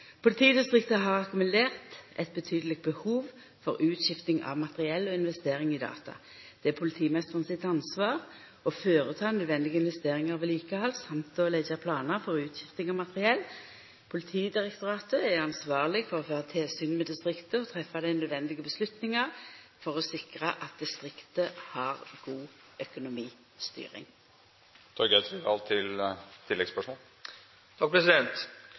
Politidistriktet har akkumulert eit betydeleg behov for utskifting av materiell og investering i data. Det er politimeisteren sitt ansvar å føreta nødvendige investeringar og vedlikehald og å leggja planar for utskifting av materiell. Politidirektoratet er ansvarleg for å føra tilsyn med distriktet og treffa dei nødvendige avgjerder for å sikra at distriktet har god økonomistyring.